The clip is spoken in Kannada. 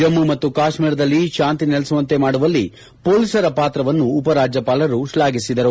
ಜಮ್ಮು ಮತ್ತು ಕಾಶ್ಮೀರದಲ್ಲಿ ಶಾಂತಿ ನೆಲೆಸುವಂತೆ ಮಾಡುವಲ್ಲಿ ಪೊಲೀಸರ ಪಾತ್ರವನ್ನು ಉಪರಾಜ್ಯಪಾಲರು ಶ್ಲಾಘಿಸಿದರು